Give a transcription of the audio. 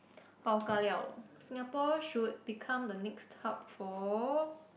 pao-ka-liao Singapore should become the next hub for